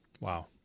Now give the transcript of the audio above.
Wow